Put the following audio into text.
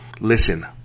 listen